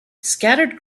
scattered